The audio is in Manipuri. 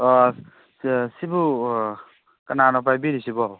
ꯁꯤꯕꯨ ꯀꯅꯥꯅꯣ ꯄꯥꯏꯕꯤꯔꯤꯁꯤꯕꯣ